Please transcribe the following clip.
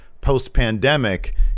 post-pandemic